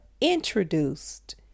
introduced